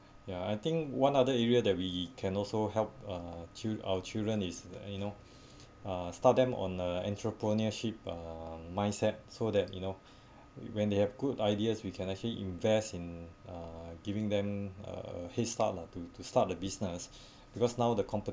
ya I think one other area that we can also help uh chil~ our children is uh you know uh start them on a entrepreneurship uh mindset so that you know when they have good ideas we can actually invest in uh giving them a headstart lah to to start the business because now the compe~